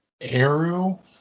Arrow